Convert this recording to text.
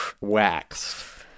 wax